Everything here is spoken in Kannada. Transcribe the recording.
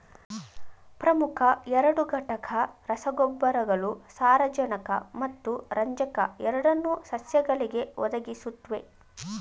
ಪ್ರಮುಖ ಎರಡು ಘಟಕ ರಸಗೊಬ್ಬರಗಳು ಸಾರಜನಕ ಮತ್ತು ರಂಜಕ ಎರಡನ್ನೂ ಸಸ್ಯಗಳಿಗೆ ಒದಗಿಸುತ್ವೆ